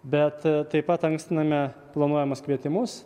bet taip pat ankstiname planuojamus kvietimus